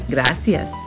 Gracias